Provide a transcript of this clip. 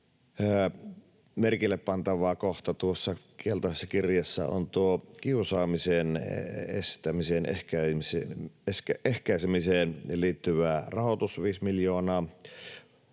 merkille pantava kohta tuossa keltaisessa kirjassa on tuo kiusaamisen estämiseen, ehkäisemiseen liittyvä rahoitus, viisi miljoonaa